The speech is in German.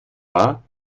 war